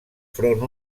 front